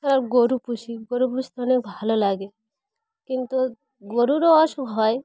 আর গরু পুষি গরু পুষতে অনেক ভালো লাগে কিন্তু গরুরও অসুখ হয়